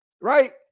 right